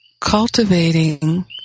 cultivating